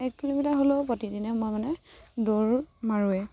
এক কিলোমিটাৰ হ'লেও প্ৰতিদিনে মই মানে দৌৰ মাৰোঁৱেই